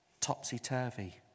topsy-turvy